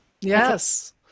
Yes